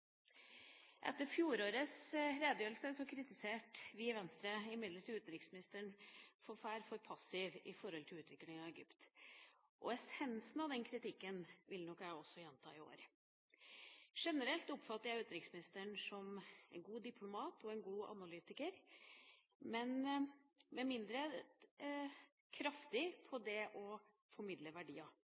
Etter fjorårets redegjørelse kritiserte imidlertid vi i Venstre utenriksministeren for å være for passiv med hensyn til utviklinga i Egypt. Essensen av den kritikken vil jeg nok også gjenta i år. Generelt oppfatter jeg utenriksministeren som en god diplomat og en god analytiker, men mindre kraftig på det å formidle verdier.